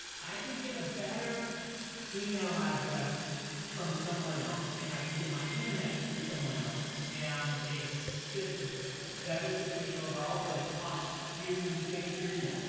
i can get a better email address from someone else, and i can get my internet through someone else, and it's just a better situation overall, but it cost you when you changed your email.